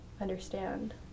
understand